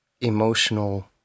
emotional